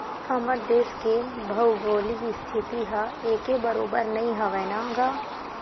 हमर देस के भउगोलिक इस्थिति ह एके बरोबर नइ हवय न गा